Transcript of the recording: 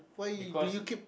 because